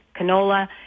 canola